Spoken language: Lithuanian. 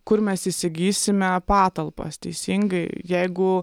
kur mes įsigysime patalpas teisingai jeigu